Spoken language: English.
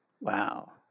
Wow